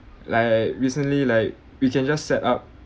like recently like we can just set up